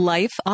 Life